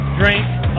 drink